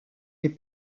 les